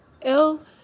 ill